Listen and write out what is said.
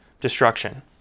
destruction